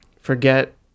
Forget